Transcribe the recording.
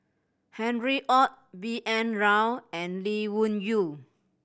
Harry Ord B N Rao and Lee Wung Yew